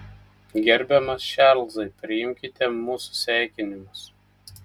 gerbiamas čarlzai priimkite mūsų sveikinimus